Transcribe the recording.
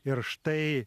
ir štai